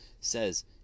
says